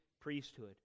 priesthood